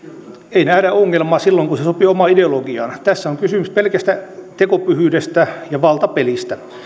ei nähdä ongelmaa silloin kun se se sopii omaan ideologiaan tässä on kysymys pelkästä tekopyhyydestä ja valtapelistä